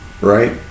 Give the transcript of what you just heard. right